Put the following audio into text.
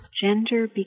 gender